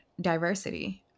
diversity